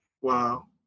wow